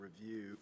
review